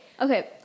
Okay